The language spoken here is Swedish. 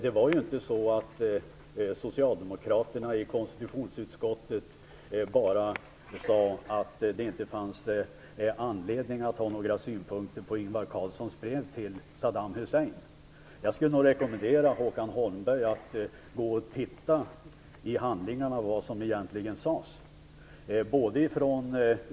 Det var inte så att socialdemokraterna i konstitutionsutskottet bara sade att det inte fanns anledning att ha några synpunkter på Ingvar Carlssons brev till Saddam Hussein. Jag skulle nog rekommendera Håkan Holmberg att se efter i handlingarna vad som egentligen sades.